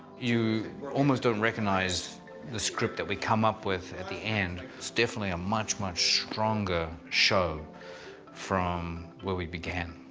you almost don't recognize the script that we come up with at the end. it's definitely a much, much stronger show from where we began.